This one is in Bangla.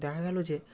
দেখা গেল যে